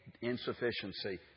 insufficiency